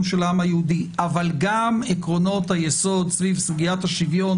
של העם היהודי וגם עקרונות היסוד סביב סוגיית השוויון